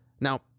Now